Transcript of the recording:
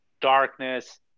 darkness